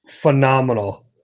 phenomenal